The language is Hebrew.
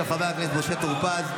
של חבר הכנסת משה טור פז.